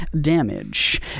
damage